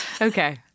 Okay